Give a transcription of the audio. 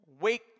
wake